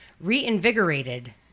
reinvigorated